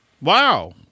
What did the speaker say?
Wow